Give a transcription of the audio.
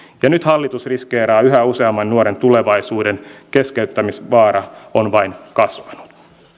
ja nyt hallitus riskeeraa yhä useamman nuoren tulevaisuuden keskeyttämisvaara on vain kasvanut